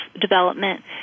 development